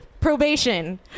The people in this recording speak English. probation